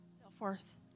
Self-worth